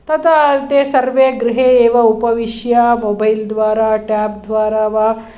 ततः ते सर्वे गृहे एव उपविश्य मोबैल् द्वारा टेब् द्वारा वा